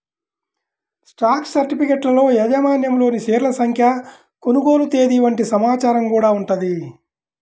stock సర్టిఫికెట్లలో యాజమాన్యంలోని షేర్ల సంఖ్య, కొనుగోలు తేదీ వంటి సమాచారం గూడా ఉంటది